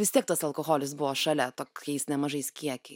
vis tiek tas alkoholis buvo šalia tokiais nemažais kiekiais